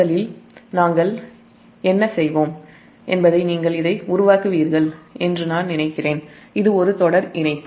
முதலில் நீங்கள் இதை உருவாக்குவீர்கள் என்று நான் நினைக்கிறேன் இது ஒரு தொடர் இணைப்பு